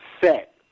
set